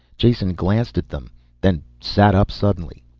jason glanced at them then sat up suddenly.